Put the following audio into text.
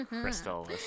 crystal